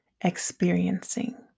experiencing